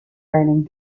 raining